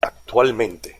actualmente